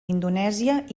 indonèsia